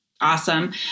awesome